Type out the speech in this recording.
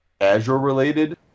Azure-related